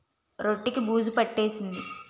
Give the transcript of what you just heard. రొట్టె కి బూజు పట్టేసింది